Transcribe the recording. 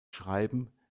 schreiben